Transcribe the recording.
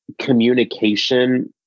communication